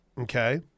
Okay